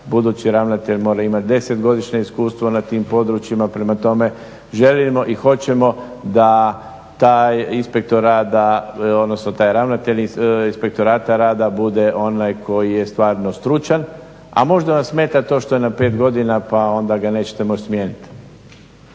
budući ravnatelj mora imati 10-godišnje iskustvo na tim područjima. Prema tome, želimo i hoćemo da taj inspektor rada odnosno taj ravnatelj Inspektorata rada bude onaj koji je stvarno stručan. A možda vam smeta to što je na 5 godina pa onda ga nećete moći smijeniti.